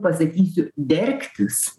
pasakysiu dergtis